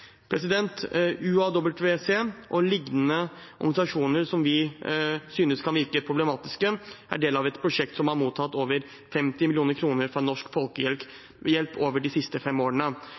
organisasjoner som vi synes kan virke problematiske, er del av et prosjekt som har mottatt over 50 mill. kr i hjelp fra Norsk Folkehjelp over de siste fem årene.